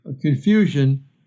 confusion